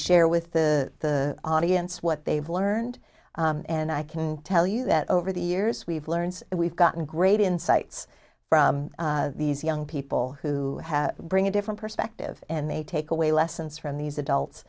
share with the audience what they've learned and i can tell you that over the years we've learned we've gotten great insights from these young people who have bring a different perspective and they take away lessons from these adults